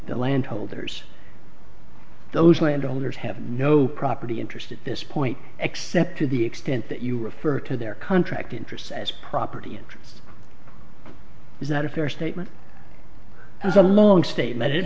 land holders those landowners have no property interest at this point except to the extent that you refer to their contract interests as property interests is that a fair statement that's a long statement it